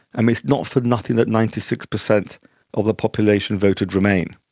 and it's not for nothing that ninety six percent of the population voted remain,